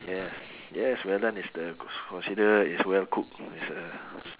yes yes well done is the c~ consider is well cook is uh s~